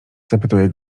zapytuje